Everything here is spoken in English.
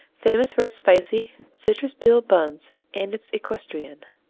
famous for its spicy, citrus-peel buns and its equestrienne.